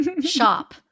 shop